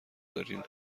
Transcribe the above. دارین